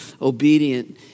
obedient